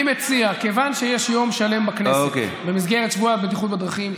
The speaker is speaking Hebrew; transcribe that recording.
אני מציע: כיוון שיש יום שלם בכנסת במסגרת שבוע הבטיחות בדרכים,